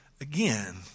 again